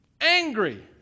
Angry